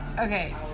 Okay